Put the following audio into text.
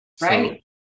right